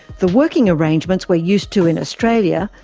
the working arrangements we're used to in australia,